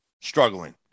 struggling